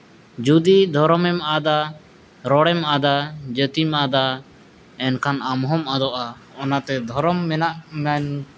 ᱡᱩᱫᱤ ᱫᱷᱚᱨᱚᱢ ᱮᱢ ᱟᱫᱟ ᱨᱚᱲᱮᱢ ᱟᱫᱟ ᱡᱟᱹᱛᱤᱢ ᱟᱫᱟ ᱮᱱᱠᱷᱟᱱ ᱟᱢ ᱦᱚᱢ ᱟᱫᱚᱜᱼᱟ ᱚᱱᱟᱛᱮ ᱫᱷᱚᱨᱚᱢ ᱢᱮᱱᱟᱜ ᱢᱮᱱ